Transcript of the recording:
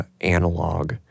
analog